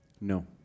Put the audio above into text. No